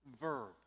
verb